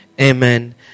Amen